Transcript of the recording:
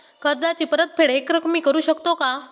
कर्जाची परतफेड एकरकमी करू शकतो का?